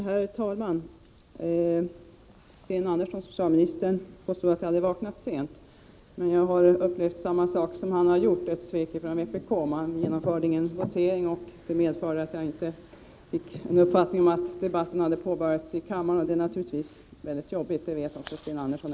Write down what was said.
Herr talman! Socialminister Sten Andersson påstod att jag hade vaknat sent, men vad som hände var att jag fick uppleva samma sak som han, nämligen ett svek från vpk. Vpk begärde nämligen inte votering i ett tidigare ärende, varför jag inte fick någon uppfattning om att behandlingen av detta ärende hade börjat i kammaren.